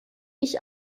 ich